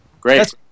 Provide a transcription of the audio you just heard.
Great